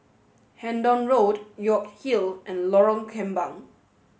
Hendon Road York Hill and Lorong Kembang